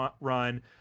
run